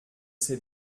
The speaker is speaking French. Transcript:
sait